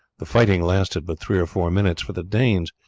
the fight lasted but three or four minutes, for the danes,